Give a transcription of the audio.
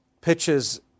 pitches